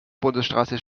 bundesstraße